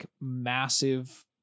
massive